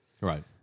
Right